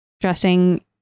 dressing